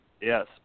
yes